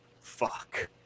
fuck